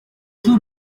two